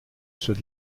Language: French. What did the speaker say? ceux